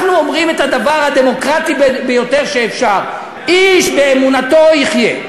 אנחנו אומרים את הדבר הדמוקרטי ביותר שאפשר: איש באמונתו יחיה.